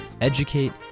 educate